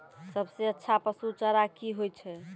सबसे अच्छा पसु चारा की होय छै?